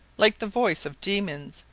like the voice of demons,